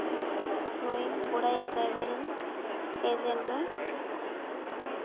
ᱱᱩᱭ ᱜᱚᱲᱟᱭ travel agent ᱫᱚ